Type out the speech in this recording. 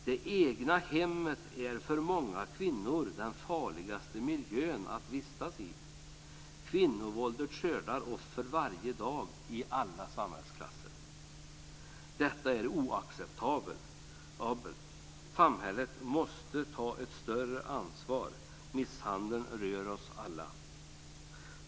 Det egna hemmet är för många kvinnor den farligaste miljön att vistas i. Kvinnovåldet skördar offer varje dag i alla samhällsklasser. Detta är oacceptabelt. Samhället måste ta ett större ansvar. Misshandeln rör oss alla.